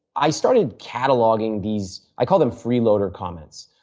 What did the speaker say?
i started cataloging these i call them freeloader comments.